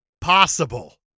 possible